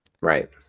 Right